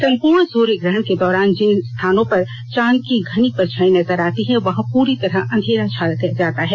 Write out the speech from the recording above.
संपूर्ण सूर्य ग्रहण के दौरान जिन स्थानों पर चांद की घनी परछाई नजर आती है वहां प्ररी तरह अंधेरा छा जाता है